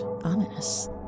ominous